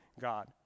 God